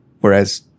whereas